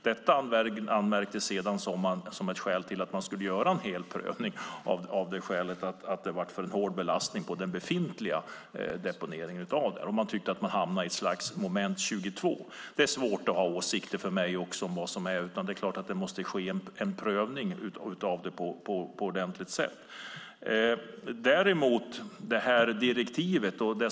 Det anmäldes sedan att det skulle göras en hel prövning av det skälet att det blev en för hård belastning på den befintliga deponeringen av bergmassor, och man tyckte att man hamnade i ett slags moment 22. Det är svårt att ha åsikter också för mig, för det är klart att det måste ske en prövning på ett ordentligt sätt.